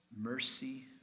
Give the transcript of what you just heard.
Mercy